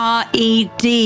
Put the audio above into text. red